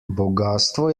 bogastvo